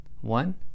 One